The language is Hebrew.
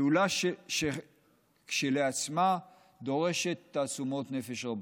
פעולה שכשלעצמה דורשת תעצומות נפש רבות.